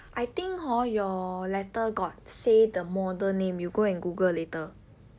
I think hor your letter got say the model name you go and Google later